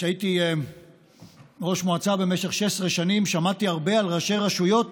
כשהייתי ראש מועצה במשך 16 שנים שמעתי הרבה על ראשי רשויות